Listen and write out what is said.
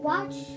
Watch